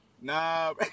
Nah